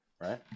Right